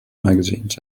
magazines